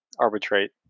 arbitrate